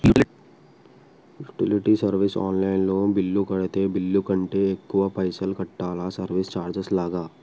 Utility service online లో bill కడితే bill కంటే ఎక్కువ పైసల్ కట్టాలా సర్వీస్ చార్జెస్ లాగా?